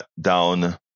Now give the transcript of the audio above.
down